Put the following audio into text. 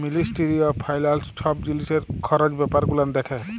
ministry of ফাইলালস ছব জিলিসের খরচ ব্যাপার গুলান দ্যাখে